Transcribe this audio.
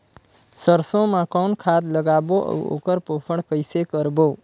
सरसो मा कौन खाद लगाबो अउ ओकर पोषण कइसे करबो?